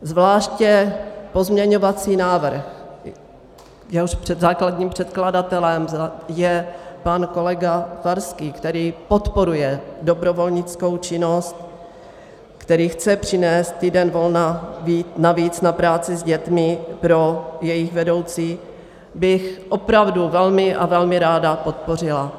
Zvláště pozměňovací návrh, jehož základním předkladatelem je pan kolega Farský, který podporuje dobrovolnickou činnost, který chce přinést týden volna navíc na práci s dětmi pro jejich vedoucí, bych opravdu velmi a velmi ráda podpořila.